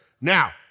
Now